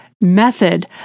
method